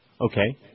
Okay